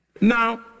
Now